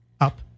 up